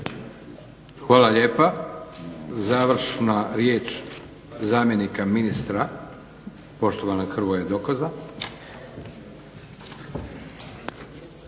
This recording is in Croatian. Hvala lijepa. Završna riječ zamjenika ministra, poštovanog Hrvoja Dokoza.